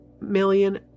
million